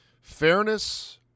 Fairness